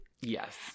yes